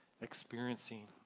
experiencing